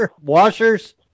washers